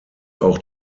auch